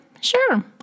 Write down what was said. sure